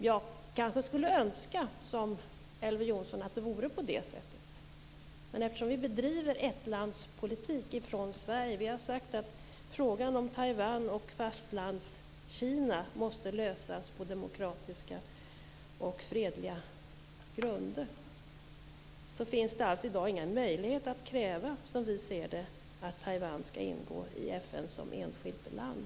Jag skulle kanske som Elver Jonsson önska att det vore på det sättet, men eftersom Sverige bedriver ettlandspolitik och har sagt att frågan om Taiwan och Fastlandskina måste lösas på demokratiska och fredliga grunder, finns det, som vi ser det, i dag ingen möjlighet att kräva att Taiwan ska ingå i FN som enskilt land.